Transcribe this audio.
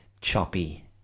choppy